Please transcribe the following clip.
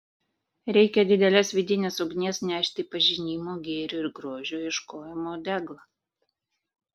reikia didelės vidinės ugnies nešti pažinimo gėrio ir grožio ieškojimo deglą